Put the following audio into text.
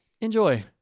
enjoy